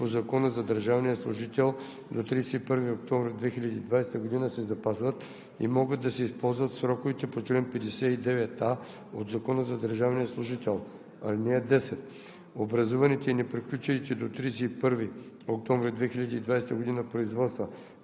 стаж. (9) Неизползваните отпуски на служителите по ал. 1, придобити по Закона за държавния служител до 31 октомври 2020 г., се запазват и могат да се използват в сроковете по чл. 59а от Закона за държавния служител. (10)